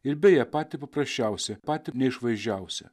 ir beje patį paprasčiausią patį neišvaizdžiausią